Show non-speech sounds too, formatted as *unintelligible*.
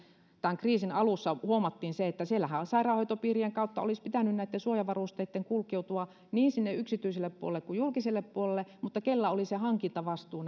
tämän kriisin alussa huomattiin että siellähän sairaanhoitopiirien kautta olisi pitänyt näiden suojavarusteiden kulkeutua niin yksityiselle puolelle kuin julkiselle puolelle mutta kellä oli se hankintavastuu *unintelligible*